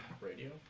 Radio